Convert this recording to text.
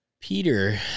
Peter